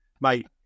Mate